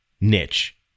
niche